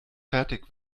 fertig